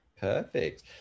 Perfect